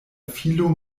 filo